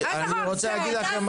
איזה חוק זה?